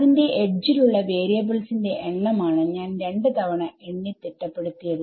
അതിന്റെ എഡ്ജിൽ ഉള്ള വേരിയബിൾസിന്റെ എണ്ണം ആണ് ഞാൻ രണ്ട് തവണ എണ്ണിത്തിട്ടപ്പെടുത്തുന്നത്